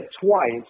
twice